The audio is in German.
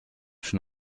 schon